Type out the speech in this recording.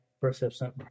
perception